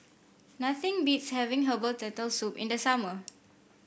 nothing beats having Herbal Turtle Soup in the summer